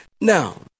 Now